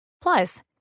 Plus